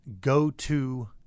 go-to